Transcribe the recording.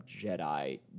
jedi